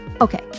Okay